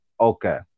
okay